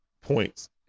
points